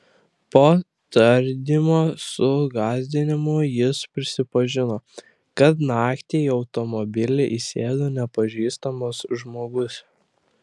po tardymo su gąsdinimų jis prisipažino kad naktį į automobilį įsėdo nepažįstamas žmogus